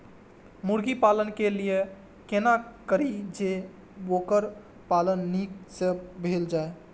मुर्गी पालन के लिए केना करी जे वोकर पालन नीक से भेल जाय?